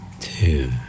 two